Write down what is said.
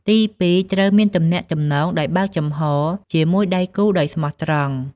ទីពីរ ត្រូវមាន ទំនាក់ទំនងដោយបើកចំហរ ជាមួយដៃគូដោយស្មោះត្រង់។